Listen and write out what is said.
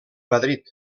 madrid